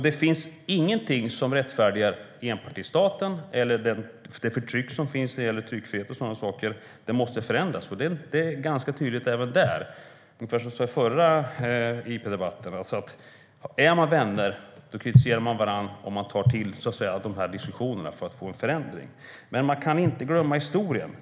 Det finns ingenting som rättfärdigar enpartistaten eller det förtryck som finns när det gäller tryckfrihet och sådana saker. Det måste förändras. Det är ganska tydligt även där, ungefär som vi sa i förra interpellationsdebatten: Är man vänner kritiserar man varandra, och man tar till diskussionerna för att få en förändring. Men man kan inte glömma historien.